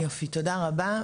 תודה רבה.